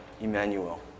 Emmanuel